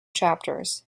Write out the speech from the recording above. chapters